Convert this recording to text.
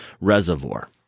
reservoir